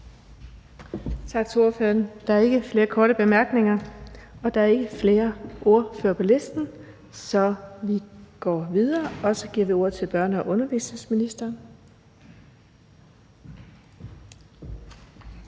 Tak til ordføreren. Der er ikke flere korte bemærkninger, og der er ikke flere ordførere på listen. Så vi går videre, og så giver vi ordet til børne- og undervisningsministeren.